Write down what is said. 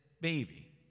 baby